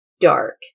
dark